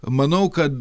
manau kad